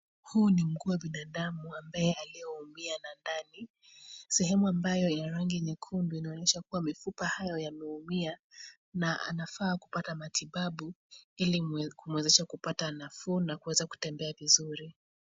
Huu ni mguu wa binadamu aliyeumia na ndani. Sehemu ambayo ina rangi nyekundu inaonyesha kuwa mifupa hayo yameumia na anafaa kupata matibabu ili kumwezesha kupata nafuu na kuweza kutembea vizuri.